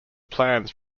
plans